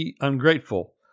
ungrateful